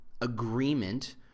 agreement